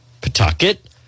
Pawtucket